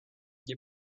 que